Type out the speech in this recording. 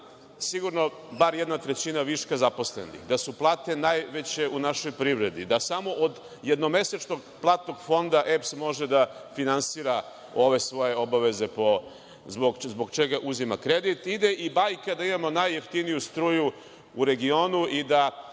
sigurno bar jedna trećina viška zaposlenih, da su plate najveće u našoj privredi, da samo od jednomesečnog platnog fonda EPS može da finansira ove svoje obaveze zbog čega uzima kredit i da je bajka da imamo najjeftiniju struju u regionu i da